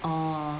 orh